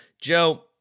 Joe